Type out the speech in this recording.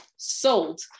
sold